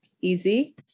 Easy